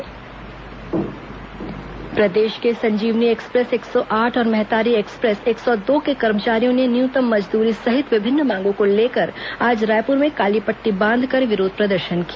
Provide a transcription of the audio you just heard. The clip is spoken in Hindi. एंब्लेंस कर्मचारी विरोध प्रदर्शन प्रदेश के संजीवनी एक्सप्रेस एक सौ आठ और महतारी एक्सप्रेस एक सौ दो के कर्मचारियों ने न्यूनतम मजदूरी सहित विभिन्न मांगों को लेकर आज रायपुर में काली पट्टी बांधकर विरोध प्रदर्शन किया